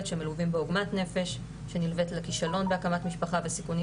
שמלווים בעגמת נפש שנלוות לכישלון שבהקמת משפחה וסיכונים